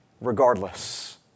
Regardless